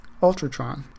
Ultratron